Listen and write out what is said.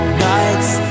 nights